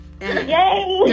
yay